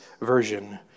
version